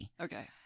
Okay